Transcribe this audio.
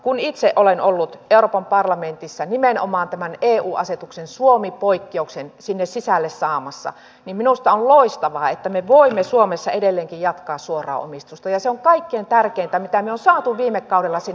kun itse olen ollut euroopan parlamentissa nimenomaan tämän eu asetuksen suomi poikkeuksen sinne sisälle saamassa niin minusta on loistavaa että me voimme suomessa edelleenkin jatkaa suoraa omistusta ja se on kaikkein tärkeintä mitä me olemme saaneet viime kaudella sinne läpi